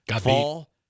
fall